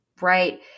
Right